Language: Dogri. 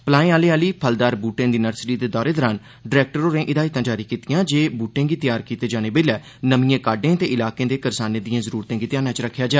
पलाएंआलें आली फलदार बूहटें दी नर्सरी दे दौरे दरान डायरेक्टर होरें हिदायतां जारी कीतियां जे बूहटें गी तैआर कीते जाने बेल्लै नमिए कार्डे ते इलाके दे करसाने दिए जरूरते गी ध्याने च रक्खेआ जा